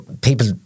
people